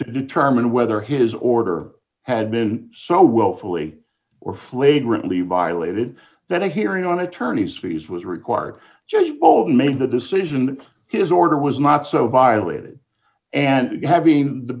determine whether his order had been so willfully or flagrantly violated that a hearing on attorneys fees was required just both made the decision his order was not so violated and having the